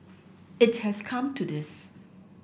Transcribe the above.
it has come to this